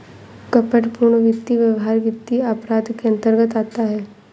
कपटपूर्ण वित्तीय व्यवहार वित्तीय अपराध के अंतर्गत आता है